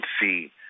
see